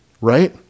right